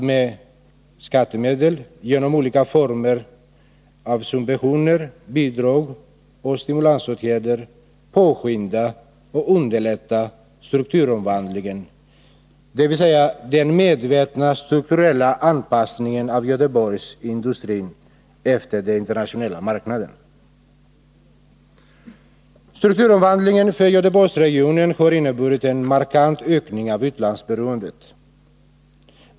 Med skattemedel, genom olika former av subventioner, bidrag och stimulansåtgärder, påskyndar och underlättar man strukturomvandlingen, dvs. den medvetna strukturella anpassningen av Göteborgs industri, till den internationella marknaden. Strukturomvandlingen för Göteborgsregionen har inneburit en markant ökning av utlandsberoendet.